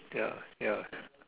ya ya